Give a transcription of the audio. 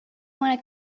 want